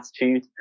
attitude